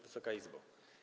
Wysoka Izbo!